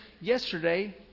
Yesterday